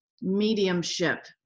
mediumship